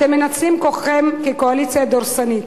אתם מנצלים כוחכם כקואליציה דורסנית.